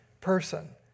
Person